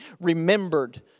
remembered